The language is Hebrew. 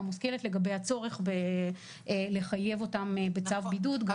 מושכלת לגבי הצורך בלחייב אותם בצו בידוד גם בהמשך.